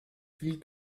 viel